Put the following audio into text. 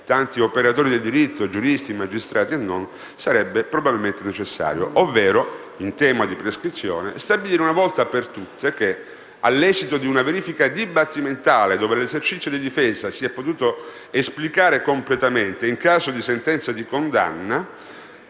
tanti operatori del diritto, giuristi, magistrati e non - sarebbe necessario. Riteniamo infatti che, in tema di prescrizione, bisognerebbe stabilire una volta per tutte che, all'esito di una verifica dibattimentale, dove l'esercizio di difesa si è potuto esplicare completamente, in caso di sentenza di condanna,